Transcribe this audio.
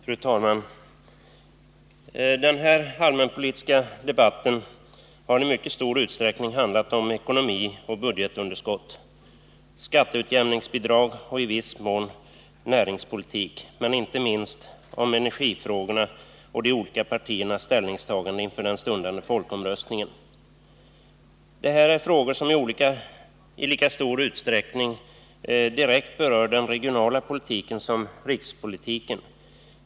Fru talman! Den här allmänpolitiska debatten har i mycket stor utsträckning handlat om ekonomi och budgetunderskott — skatteutjämningsbidrag och i viss mån näringspolitik — men inte minst om energifrågorna och de olika partiernas ställningstagande inför den stundande folkomröstningen. Det här är frågor som i lika stor utsträckning direkt berör den regionala politiken som rikspolitiken.